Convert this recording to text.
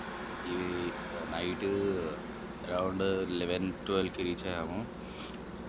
ఈ night around eleven ట్వల్వ్కి reach అయ్యాము